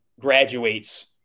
graduates